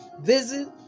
visit